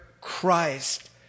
Christ